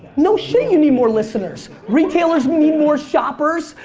no shit you need more listeners. retailers need more shoppers.